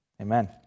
Amen